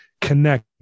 connect